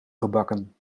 gebakken